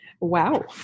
Wow